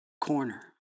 corner